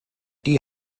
die